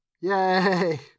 Yay